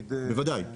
בוודאי,